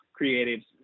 creatives